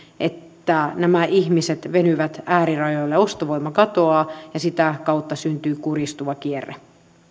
että nämä ihmiset venyvät äärirajoille ja ostovoima katoaa ja sitä kautta syntyy kurjistuva kierre